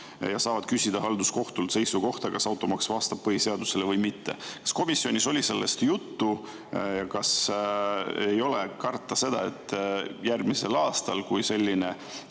Nad saavad küsida halduskohtult seisukohta, kas automaks vastab põhiseadusele või mitte. Kas komisjonis oli sellest juttu? Ja kas ei ole karta seda, et järgmisel aastal, kui